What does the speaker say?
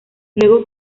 luego